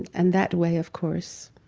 and that way, of course,